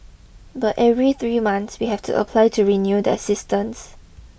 but every three months we have to apply to renew that assistance